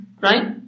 right